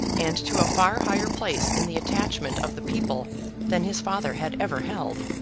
and to a far higher place in the attachment of the people than his father had ever held.